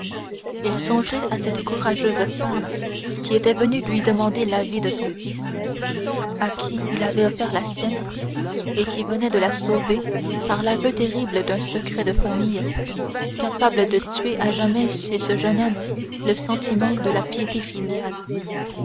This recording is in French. il songeait à cette courageuse femme qui était venue lui demander la vie de son fils à qui il avait offert la sienne et qui venait de la sauver par l'aveu terrible d'un secret de famille capable de tuer à jamais chez ce jeune homme le sentiment de la piété filiale